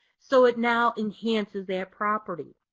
so it now enhances that property.